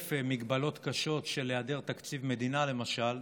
חרף מגבלות קשות של היעדר תקציב מדינה, למשל,